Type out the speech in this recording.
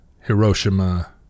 Hiroshima